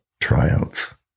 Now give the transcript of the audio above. triumph